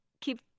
Keep